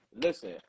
listen